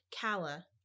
Kala